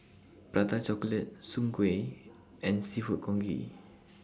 Prata Chocolate Soon Kueh and Seafood Congee